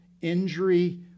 injury